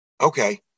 okay